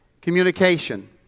Communication